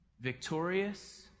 victorious